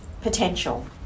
potential